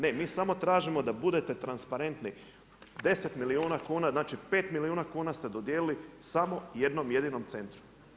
Ne, mi samo tražimo da budete transparentni, 10 milijuna kuna, znači 5 milijuna kuna ste dodijelili samo jednom jedinom centru.